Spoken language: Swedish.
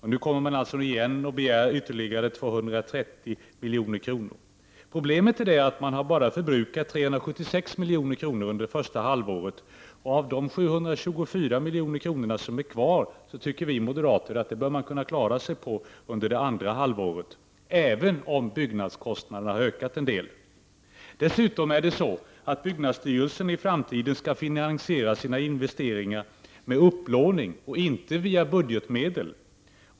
Nu kommer man alltså igen och begär ytterligare 230 miljoner. Problemet är att man har förbrukat bara 376 miljoner under första halvåret. De 724 milj.kr. som är kvar tycker vi moderater att man böra kunna klara sig på under andra halvåret, även om byggnadskostnaderna har ökat en del. Dessutom skall byggnadsstyrelsen i framtiden finansiera sina investeringar med upplåning och inte via budgetmedel.